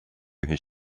his